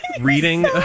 reading